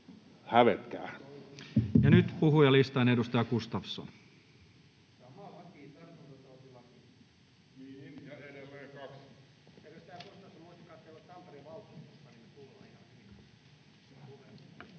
Ja nyt puhujalistaan. — Edustaja Gustafsson.